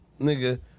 nigga